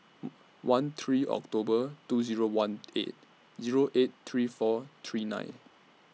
one three October two Zero one eight Zero eight three four three nine